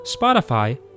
Spotify